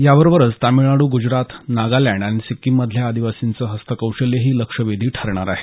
याबरोबरच तामिळनाडू गुजरात नागालँड आणि सिक्कीममधल्या आदिवासींचे हस्तकौशल्यही लक्षवेधी ठरणार आहे